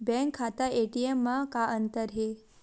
Bank खाता ATM मा का अंतर हे?